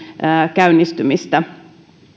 käynnistymistä